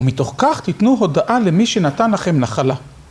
מתוך כך תיתנו הודעה למי שנתן לכם נחלה.